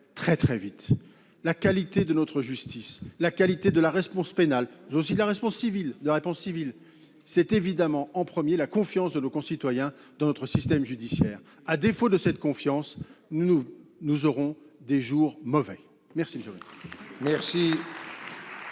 faire très vite. La qualité de notre justice, la qualité de la réponse pénale, mais aussi de la réponse civile, déterminent, avant tout, la confiance de nos concitoyens dans notre système judiciaire. À défaut de cette confiance, nous vivrons des jours mauvais. La parole est